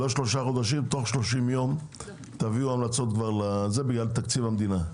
לא 3 חודשים תוך 30 יום תביאו המלצות בגלל תקציב המדינה.